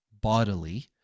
bodily